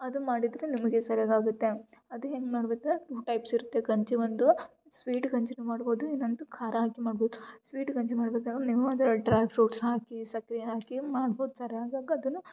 ಅದು ಮಾಡಿದರೆ ನಿಮಗೆ ಸರಿಯಾಗಾಗುತ್ತೆ ಅದು ಹೆಂಗೆ ಮಾಡ್ಬೇಕೇಳು ಟು ಟೈಪ್ಸ್ ಇರುತ್ತೆ ಗಂಜಿ ಒಂದು ಸ್ವೀಟ್ ಗಂಜಿ ಮಾಡ್ಬೌದು ಇನ್ನೊಂದು ಖಾರ ಆಗಿ ಮಾಡ್ಬೌದು ಸ್ವೀಟ್ ಗಂಜಿ ಮಾಡ್ಬೇಕಾರೆ ನೀವು ಅದ್ರಾಗೆ ಡ್ರ್ಯಾ ಫ್ರುಟ್ಸ್ ಹಾಕಿ ಸಕ್ಕರೆ ಹಾಕಿ ಮಾಡ್ಬೌದು ಸರ್ಯಾಗಾಗೋದಿಲ್ಲ